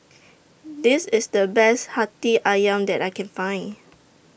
This IS The Best Hati Ayam that I Can Find